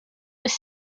was